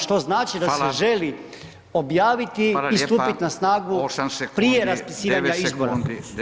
Što znači da se želi [[Upadica: Hvala.]] objaviti i [[Upadica: Hvala lijepa.]] stupiti na snagu prije raspisivanja [[Upadica: 8 sekundi.]] izbora.